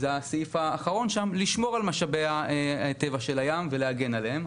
היא גם צריכה לשמור על משאבי הטבע של הים ולהגן עליהם.